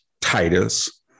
Titus